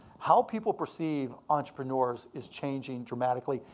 how people perceive entrepreneurs is changing dramatically,